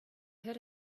heard